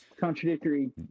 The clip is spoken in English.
contradictory